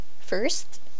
First